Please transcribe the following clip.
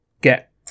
get